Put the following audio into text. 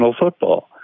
football